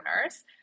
owners